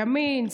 ימין,